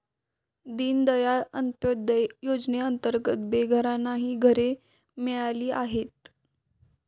दीनदयाळ अंत्योदय योजनेअंतर्गत बेघरांनाही घरे मिळाली आहेत